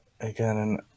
again